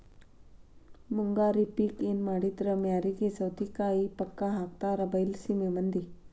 ಮುಂಗಾರಿ ಪಿಕ್ ಎನಮಾಡಿದ್ರು ಮ್ಯಾರಿಗೆ ಸೌತಿಕಾಯಿ ಪಕ್ಕಾ ಹಾಕತಾರ ಬೈಲಸೇಮಿ ಮಂದಿ